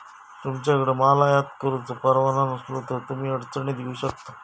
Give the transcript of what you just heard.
तुमच्याकडे माल आयात करुचो परवाना नसलो तर तुम्ही अडचणीत येऊ शकता